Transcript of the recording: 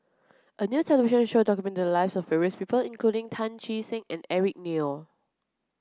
a new television show documented the lives of various people including Tan Che Sang and Eric Neo